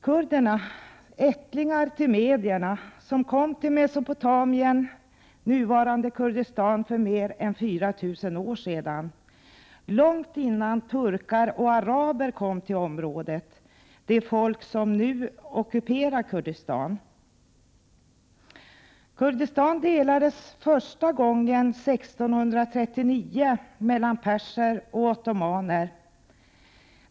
Kurderna är ättlingar till mederna som kom till Mesopotamien, nuvarande Kurdistan, för mer än 4000 år sedan, långt innan turkar och araber kom till området. Det är dessa folk som nu ockuperar Kurdistan. Kurdistan delades mellan perser och ottomaner första gången 1639.